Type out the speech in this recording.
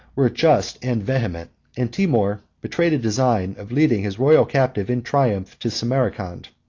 were just and vehement and timour betrayed a design of leading his royal captive in triumph to samarcand.